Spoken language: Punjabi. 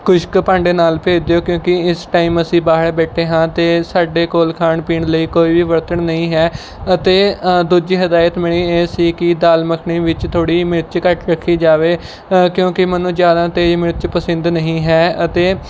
ਕੁਛ ਕੁ ਭਾਂਡੇ ਨਾਲ ਭੇਜ ਦਿਓ ਕਿਉਂਕੀ ਇਸ ਟਾਈਮ ਅਸੀਂ ਬਾਹਰ ਬੈਠੇ ਹਾਂ ਅਤੇ ਸਾਡੇ ਕੋਲ ਖਾਣ ਪੀਣ ਲਈ ਕੋਈ ਵੀ ਬਰਤਨ ਨਹੀਂ ਹੈ ਅਤੇ ਦੂਜੀ ਹਿਦਾਇਤ ਮੇਰੀ ਇਹ ਸੀ ਕਿ ਦਾਲ ਮੱਖਣੀ ਵਿੱਚ ਥੋੜ੍ਹੀ ਮਿਰਚ ਘੱਟ ਰੱਖੀ ਜਾਵੇ ਕਿਉਂਕੀ ਮੈਨੂੰ ਜ਼ਿਆਦਾ ਤੇਜ਼ ਮਿਰਚ ਪਸੰਦ ਨਹੀਂ ਹੈ ਅਤੇ